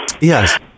Yes